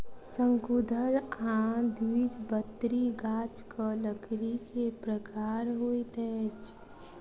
शंकुधर आ द्विबीजपत्री गाछक लकड़ी के प्रकार होइत अछि